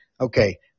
Okay